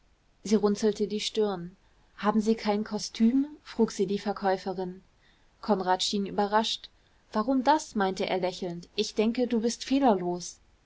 sie runzelte die stirn haben sie kein kostüm frug sie die verkäuferin konrad schien überrascht warum das meinte er lächelnd ich denke du bist fehlerlos